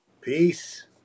Peace